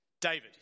David